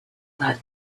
that